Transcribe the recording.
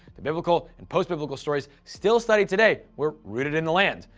the biblical and post-biblical stories still studied today were rooted in the land.